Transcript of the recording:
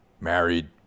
Married